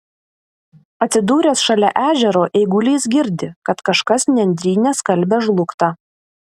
atsidūręs šalia ežero eigulys girdi kad kažkas nendryne skalbia žlugtą